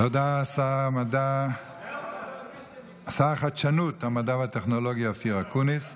תודה, שר החדשנות, המדע והטכנולוגיה אופיר אקוניס.